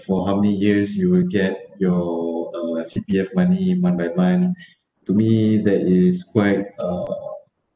for how many years you will get your uh C_P_F money by month to me that is quite uh